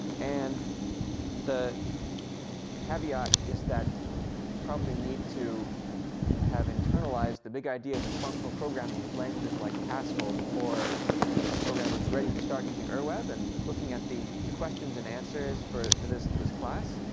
and the the caveat is that we probably need to have internalized the big ideas of functional programming languages like haskell before a programmer's ready to start using ur web. and looking at the the questions and answers for for this this class,